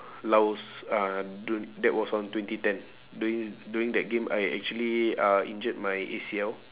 laos uh du~ that was on twenty ten during during that game I actually uh injured my A_C_L